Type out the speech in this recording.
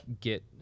get